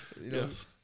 Yes